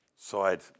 side